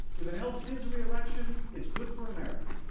if it helps his reelection, it's good for america.